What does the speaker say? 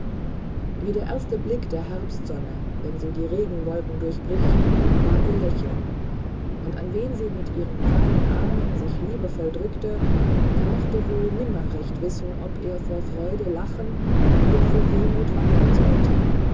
wie der erste blick der herbstsonne wenn sie die regenwolken durchbricht war ihr lächeln und an wen sie mit ihren kleinen armen sich liebevoll drückte der mochte wohl nimmer recht wissen ob er vor freude lachen oder vor wehmut weinen sollte